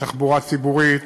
בתחבורה ציבורית,